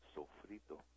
Sofrito